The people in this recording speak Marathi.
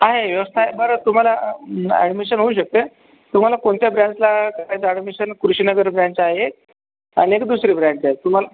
आहे व्यवस्था आहे बरं तुम्हाला अं ॲडमिशन होऊ शकते तुम्हाला कोणत्या ब्रांचला करायचं आहे ॲडमिशन कृषिनगर ब्रांच आहे आणि एक दुसरी ब्रांच आहे तुम्हाला